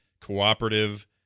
cooperative